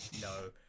no